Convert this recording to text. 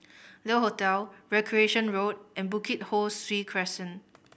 Le Hotel Recreation Road and Bukit Ho Swee Crescent